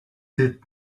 did